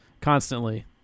constantly